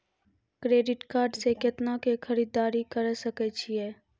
Credit card से कितना के खरीददारी करे सकय छियै?